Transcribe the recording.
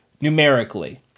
numerically